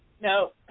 No